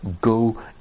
go